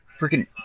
freaking